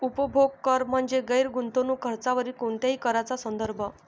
उपभोग कर म्हणजे गैर गुंतवणूक खर्चावरील कोणत्याही कराचा संदर्भ